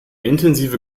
intensive